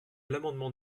l’amendement